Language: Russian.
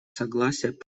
согласования